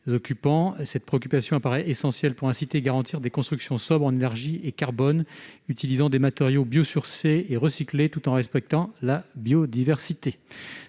Cette préoccupation apparaît essentielle pour inciter à des constructions sobres en énergie et en carbone, utilisant des matériaux biosourcés et recyclés et respectant la biodiversité.